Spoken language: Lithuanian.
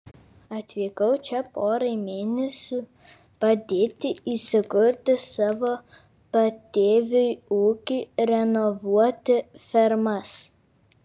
atvykau čia porai mėnesių padėti įsikurti savo patėviui ūkį renovuoti fermas